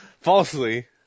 falsely